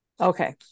okay